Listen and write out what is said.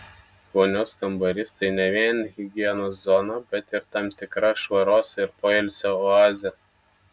vonios kambarys tai ne vien higienos zona bet ir tam tikra švaros ir poilsio oazė